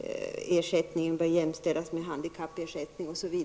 merkostnadsersättningen bör jämställas med handikappersättning, osv.